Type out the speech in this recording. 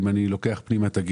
אם אני לוקח את הגירעון,